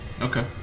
Okay